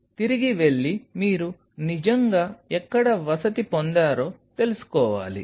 కాబట్టి తిరిగి వెళ్లి మీరు నిజంగా ఎక్కడ వసతి పొందారో తెలుసుకోవాలి